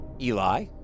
Eli